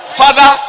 father